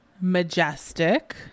majestic